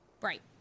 Right